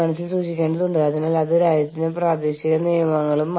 അതിനാൽ പൊതുവായ ആവശ്യങ്ങൾക്ക് മുമ്പായി നമ്മൾ നമ്മുടെ ആവശ്യങ്ങൾക്ക് മുൻഗണന നൽകുന്നു